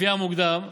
לפי המוקדם,